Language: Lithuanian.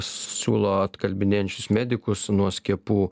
siūlo atkalbinėjančius medikus nuo skiepų